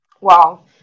Wow